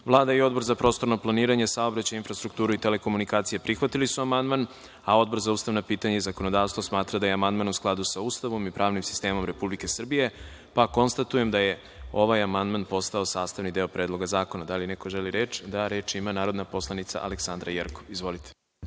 i Odbor za prostorno planiranje, saobraćaj, infrastrukturu i telekomunikacije prihvatili su amandman. Odbor za ustavna pitanja i zakonodavstvo smatra da je amandman u skladu sa Ustavom i pravnim sistemom Republike Srbije. Konstatujem da je ovaj amandman postao sastavni deo Predloga zakona. Da li neko želi reč? (Da)Reč ima narodna poslanica Aleksandra Jerkov. Izvolite.